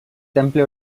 temple